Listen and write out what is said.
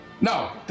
No